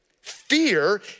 Fear